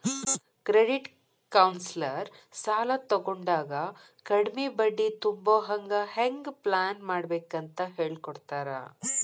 credit counsellor ಸಾಲಾ ತಗೊಂಡಾಗ ಕಡ್ಮಿ ಬಡ್ಡಿ ತುಂಬೊಹಂಗ್ ಹೆಂಗ್ ಪ್ಲಾನ್ಮಾಡ್ಬೇಕಂತ್ ಹೆಳಿಕೊಡ್ತಾರ